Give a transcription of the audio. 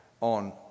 on